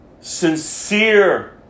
sincere